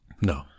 No